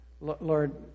Lord